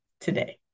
today